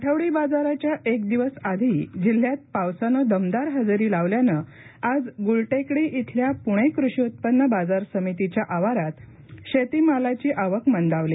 आठवडी बाजाराच्या एकदिवस आधी जिल्ह्यात पावसानं दमदार हजेरी लावल्याने आज ग्लप्रोकडी इथल्या प्णे कृषि उत्पन्न बाजार समितीच्या आवारात शेतीमालाची आवक मंदावली